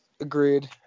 Agreed